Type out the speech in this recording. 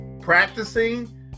practicing